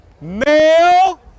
male